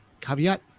caveat